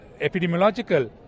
epidemiological